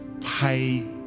pay